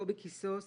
קובי קיסוס,